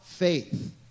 faith